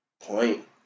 Point